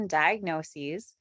diagnoses